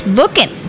looking